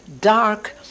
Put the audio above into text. dark